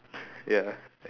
ya